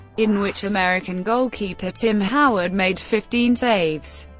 in which american goalkeeper tim howard made fifteen saves.